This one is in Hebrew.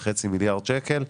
ל-3.5 מיליארד שקלים,